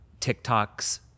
TikToks